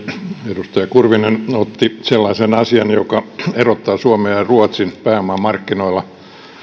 edustaja kurvinen otti sellaisen asian joka erottaa suomen ja ruotsin pääomamarkkinoilla